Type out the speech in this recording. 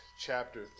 chapter